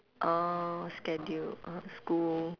orh schedule uh school